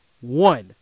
one